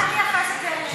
אל תייחס את זה אלינו.